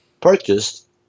purchased